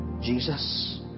Jesus